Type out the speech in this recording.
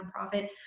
nonprofit